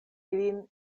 ilin